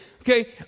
Okay